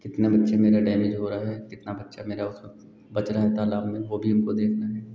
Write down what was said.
कितने बच्चे मेरे डैमेज हो रहा है कितना बच्चा मेरा बच रहा है तालाब में वह भी हमको देखना है